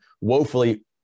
woefully